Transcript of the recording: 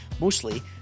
mostly